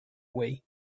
wii